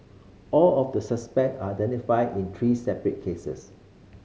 all of the suspect identified in three separate cases